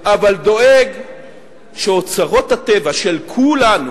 אבל דואג שאוצרות הטבע של כולנו,